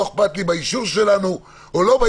לא אכפת לי אם זה יהיה באישור שלנו או לא.